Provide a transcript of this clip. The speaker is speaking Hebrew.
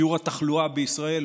שיעור התחלואה בישראל,